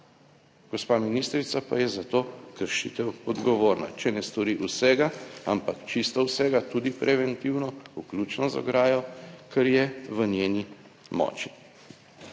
gospa ministrica pa je za to kršitev odgovorna, če ne stori vsega, ampak čisto vsega, tudi preventivno, vključno z ograjo, kar je v njeni moči.